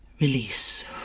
release